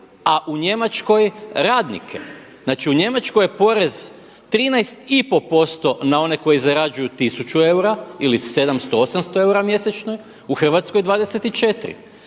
a u Njemačkoj radnike? Znači u Njemačkoj je porez 13,5% na one koji zarađuju tisuću eura ili 700, 800 eura mjesečno, u Hrvatskoj 24